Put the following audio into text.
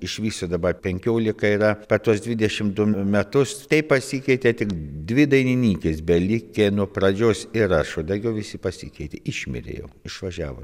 iš viso dabar penkiolika yra per tuos dvidešim du metus taip pasikeitė tik dvi dainininkės belikę nuo pradžios ir aš o daugiau visi pasikeitė išmirė jau išvažiavo